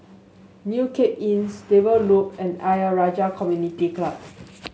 New Cape Inn Stable Loop and Ayer Rajah Community Club